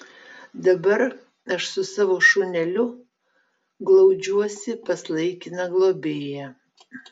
dabar aš su savo šuneliu glaudžiuosi pas laikiną globėją